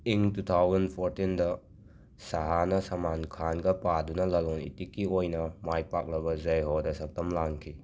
ꯏꯪ ꯇꯨ ꯊꯥꯋꯟ ꯐꯣꯔꯇꯤꯟꯗ ꯁꯥꯍꯥꯅ ꯁꯃꯥꯟ ꯈꯥꯟꯒ ꯄꯥꯗꯨꯅ ꯂꯂꯣꯟ ꯏꯇꯤꯛ ꯑꯣꯏꯅ ꯃꯥꯏ ꯄꯥꯛꯂꯕ ꯖꯩ ꯍꯣꯗ ꯁꯛꯇꯝ ꯂꯥꯡꯈꯤ